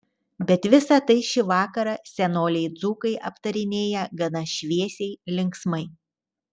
bet visa tai šį vakarą senoliai dzūkai aptarinėja gana šviesiai linksmai